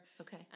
Okay